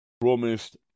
promised